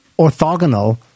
orthogonal